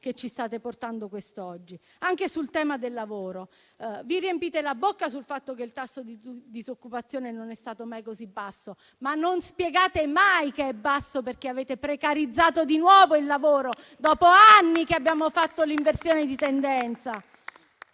che ci state portando quest'oggi. Sul tema del lavoro, vi riempite la bocca dicendo che il tasso di disoccupazione non è stato mai così basso, ma non spiegate che è basso perché avete precarizzato di nuovo il lavoro, dopo anni di inversione di tendenza.